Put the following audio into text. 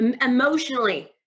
emotionally